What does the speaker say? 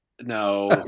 No